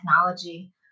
technology